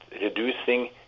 reducing